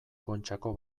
kontxako